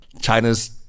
China's